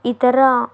ఇతర